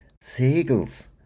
Seagulls